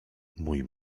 mój